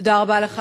תודה רבה לך.